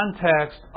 context